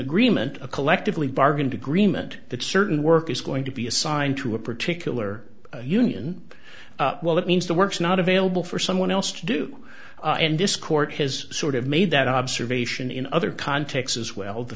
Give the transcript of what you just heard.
agreement a collectively bargained agreement that certain work is going to be assigned to a particular union well that means the work's not available for someone else to do and this court has sort of made that observation in other contexts as well the